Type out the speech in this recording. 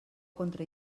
contra